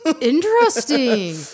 Interesting